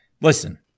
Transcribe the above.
listen